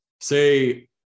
say